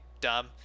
dumb